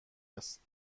است